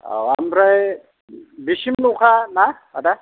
औ ओमफ्राय बिसिमल'खा ना आदा